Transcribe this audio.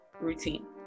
routine